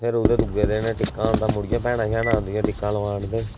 फिर ओह्दे दूऐ दिन टिक्का औंदा मुड़ियै भैनां शैनां औंदियां टिक्का लोआन ते